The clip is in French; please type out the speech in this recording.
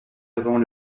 avant